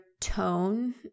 Tone